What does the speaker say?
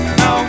no